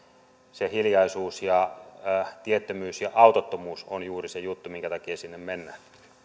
se hiljaisuus ja tiettömyys ja autottomuus on juuri se juttu minkä takia sinne mennään